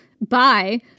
bye